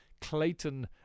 Clayton